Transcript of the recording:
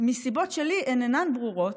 מסיבות שלי אינן ברורות,